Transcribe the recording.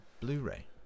Blu-ray